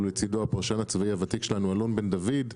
לצידו הפרשן הצבאי הוותיק שלנו אלון בן-דוד.